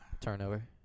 turnover